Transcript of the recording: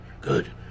good